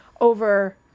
over